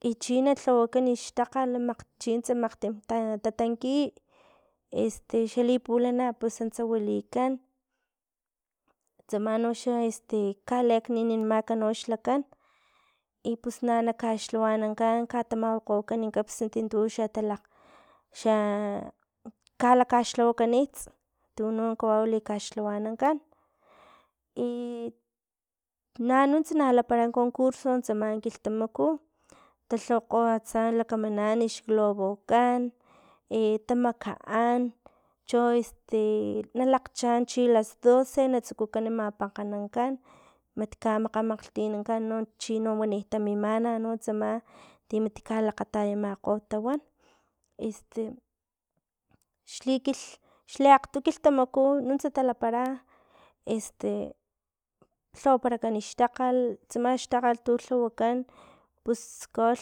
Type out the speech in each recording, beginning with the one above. I china lhawakan xtakgal na maxchi chintse makgtim ta- tatanki este xalipulana pus antsa wilikan, tsama noxa este kalekninimak noxlakan i pus na na laxlhawanankan katamawakan kapsnat tu xatalakg xa kalakaxlhawakanits, tuno kawau kaxlhawanankan i nanuntsa na lapara concurso tsama kilhtamaku talhawakgo tsama lakamanan xglobokan e tamakaan cho este i na lakgchaan chi las doce na tsukukan mapankganakan, mat kamakgamakgtinanakan no chino wani tamimana no tsama ti mat kalakgatayamakgo tawan este xli kilh xle akgto kilhtamaku nuntsa talapara, este lhawaparak xtakgal tsama xtakgal tulhawakan pus kawau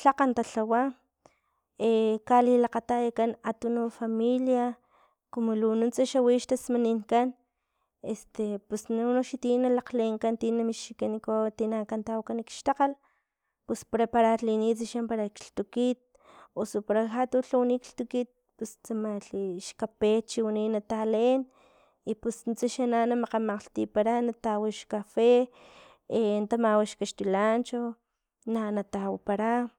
tlakgan talhawa kalilakgatayankan akgatunu familia cumu lu nuntsa xa wi xtasmaninkan este pus unoxa ti nalakglenkan ti na mixkikan kawau tina ankan tawakan xtakgal pus prepararlinits para lhtukit osu para ja tu lhawani lhtukit pus tsamalhi pus xkape chiwani na taleen i pus nuntsa xa na makgamakglhtipara natawa xkafe natamawa xkaxtilancho na natawapara